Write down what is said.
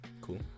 Cool